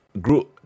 grew